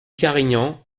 carignan